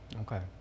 Okay